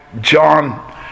John